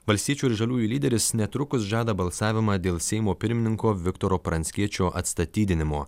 valstiečių ir žaliųjų lyderis netrukus žada balsavimą dėl seimo pirmininko viktoro pranckiečio atstatydinimo